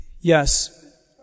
yes